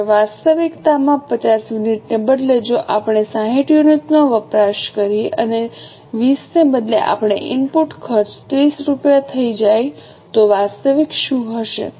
હવે વાસ્તવિકતામાં 50 યુનિટને બદલે જો આપણે 60 યુનિટનો વપરાશ કરીએ અને 20 રૂપિયાને બદલે આપણો ઇનપુટ ખર્ચ 30 રૂપિયા થઈ જાય તો વાસ્તવિક શું હશે